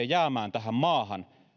jäämään tähän maahan